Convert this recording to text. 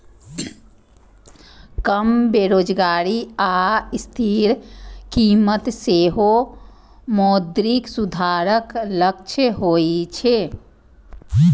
कम बेरोजगारी आ स्थिर कीमत सेहो मौद्रिक सुधारक लक्ष्य होइ छै